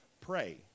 pray